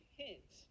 hint